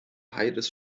heides